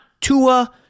Tua